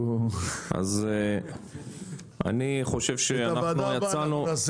ואני אמרתי את זה במשך כמה שנים אני פה בוועדת כלכלה?